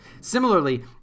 Similarly